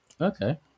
Okay